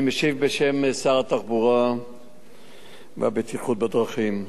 אני משיב בשם שר התחבורה והבטיחות בדרכים.